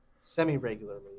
semi-regularly